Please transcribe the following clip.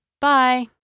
Bye